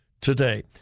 today